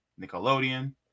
Nickelodeon